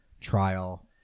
trial